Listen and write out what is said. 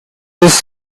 his